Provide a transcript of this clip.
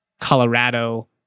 Colorado